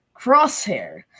Crosshair